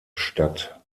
stadt